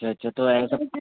اچھا اچھا تو ایسا